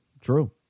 true